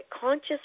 Conscious